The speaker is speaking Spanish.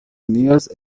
unidos